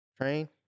Train